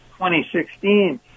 2016